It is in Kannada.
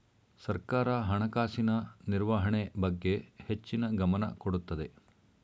ಸರ್ಕಾರ ಹಣಕಾಸಿನ ನಿರ್ವಹಣೆ ಬಗ್ಗೆ ಹೆಚ್ಚಿನ ಗಮನ ಕೊಡುತ್ತದೆ